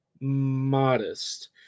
modest